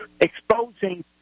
exposing